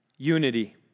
Unity